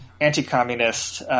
anti-communist